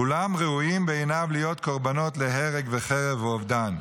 כולם ראויים בעיניו להיות קורבנות להרג וחרב ואובדן.